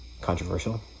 controversial